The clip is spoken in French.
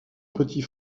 petit